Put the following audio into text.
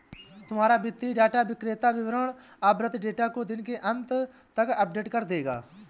तुम्हारा वित्तीय डेटा विक्रेता वितरण आवृति डेटा को दिन के अंत तक अपडेट कर देगा